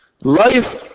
life